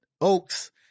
Oaks